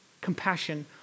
Compassion